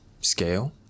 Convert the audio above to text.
scale